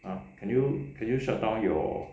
ha can you can you shut down your